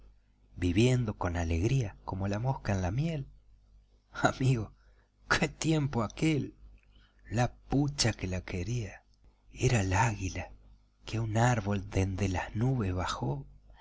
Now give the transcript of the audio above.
viviendo con alegría como la mosca en la miel amigo qué tiempo aquel la pucha que la quería era la águila que a un árbol dende las nubes bajó